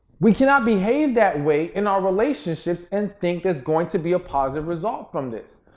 we cannot behave that way in our relationships and think there's going to be a positive result from this.